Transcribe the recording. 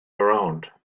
around